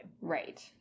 Right